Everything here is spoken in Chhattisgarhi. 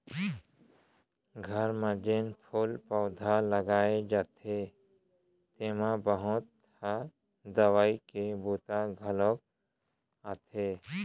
घर म जेन फूल पउधा लगाए जाथे तेमा बहुत ह दवई के बूता घलौ आथे